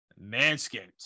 Manscaped